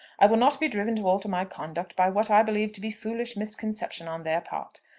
i will not be driven to alter my conduct by what i believe to be foolish misconception on their part.